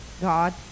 God